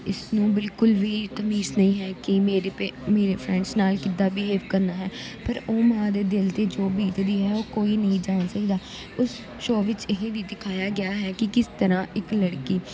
ਇਸਨੂੰ ਬਿਲਕੁਲ ਵੀ ਤਮੀਜ਼ ਨਹੀਂ ਹੈ ਕਿ ਮੇਰੇ ਪੇ ਮੇਰੇ ਫਰੈਂਡਸ ਨਾਲ਼ ਕਿੱਦਾਂ ਬਿਹੇਵ ਕਰਨਾ ਹੈ ਪਰ ਉਹ ਮਾਂ ਦੇ ਦਿਲ 'ਤੇ ਜੋ ਬੀਤਦੀ ਹੈ ਉਹ ਕੋਈ ਨਹੀਂ ਜਾਣ ਸਕਦਾ ਉਸ ਸ਼ੋਅ ਵਿੱਚ ਇਹ ਵੀ ਦਿਖਾਇਆ ਗਿਆ ਹੈ ਕਿ ਕਿਸ ਤਰ੍ਹਾਂ ਇੱਕ ਲੜਕੀ